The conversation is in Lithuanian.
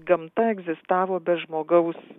gamta egzistavo be žmogaus